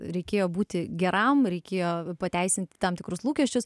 reikėjo būti geram reikėjo pateisint tam tikrus lūkesčius